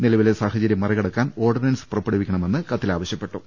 നിലവിലെ സാഹചരൃം മറികടക്കാൻ ഓർഡിനൻസ് പുറപ്പെടു വിക്കണമെന്ന് കത്തിൽ ആവശ്യപ്പെട്ടു